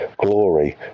glory